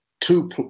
two